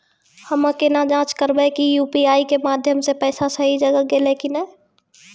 हम्मय केना जाँच करबै की यु.पी.आई के माध्यम से पैसा सही जगह गेलै की नैय?